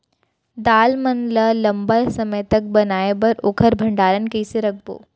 दाल मन ल लम्बा समय तक बनाये बर ओखर भण्डारण कइसे रखबो?